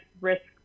risk